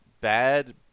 bad